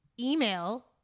email